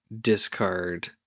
discard